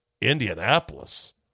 Indianapolis